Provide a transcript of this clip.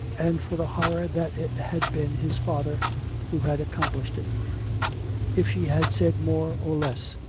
and for the horror that it had been his father who had accomplished it if she had said more, or less,